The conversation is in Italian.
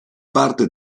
parte